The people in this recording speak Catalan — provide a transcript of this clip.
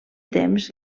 temps